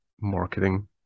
marketing